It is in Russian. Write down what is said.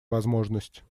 возможность